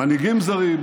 מנהיגים זרים,